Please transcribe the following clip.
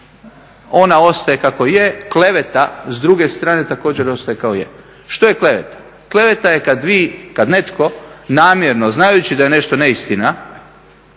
ona ostaje kako je, kleveta s druge strane također ostaje kako je. Što je kleveta? Kleveta je kada vi, kada netko namjerno znajući da je nešto neistina